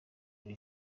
lil